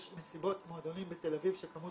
יש מסיבות מועדונים בתל אביב שכמות